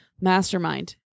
mastermind